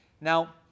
Now